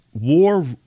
War